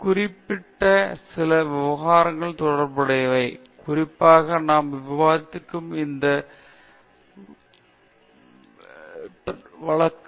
எனவே இவை அனைத்தும் குறிப்பிட்ட சில விவகாரங்கள் தொடர்பானவை குறிப்பாக நாம் விவாதித்த இந்த குறிப்பிட்ட வழக்கு